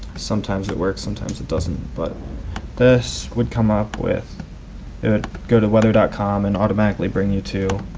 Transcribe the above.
sometimes it works. sometimes it doesn't. but this would come up with it would go to weather dot com and automatically bring you to